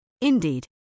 Indeed